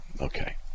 Okay